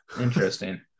Interesting